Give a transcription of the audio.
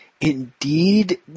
indeed